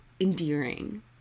endearing